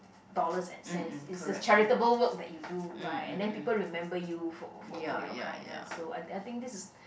dollars and cents is the charitable work that you do right and then people remember you for for for your kindness so I I think this is